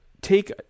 take